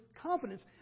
confidence